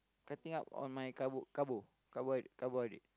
cutting up on my carbo carbo carbohydrate carbohydrate